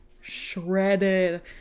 shredded